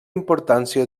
importància